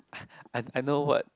I I know what